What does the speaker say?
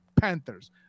Panthers